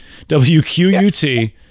wqut